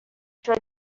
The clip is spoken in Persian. شده